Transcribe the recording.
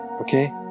Okay